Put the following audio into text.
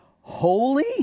holy